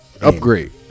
upgrade